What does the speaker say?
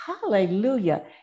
Hallelujah